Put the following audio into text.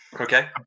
Okay